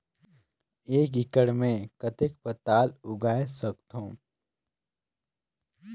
एक एकड़ मे कतेक पताल उगाय सकथव?